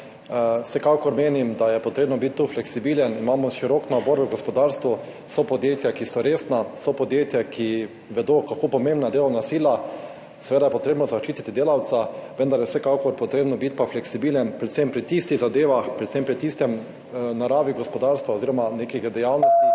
Vsekakor menim, da je treba biti tu fleksibilen. Imamo širok nabor v gospodarstvu, so podjetja, ki so resna, so podjetja, ki vedo, kako pomembna je delovna sila. Seveda je treba zaščititi delavca, vendar pa je vsekakor treba biti fleksibilen predvsem pri tistih zadevah oziroma pri tisti naravi gospodarstva oziroma nekih dejavnostih,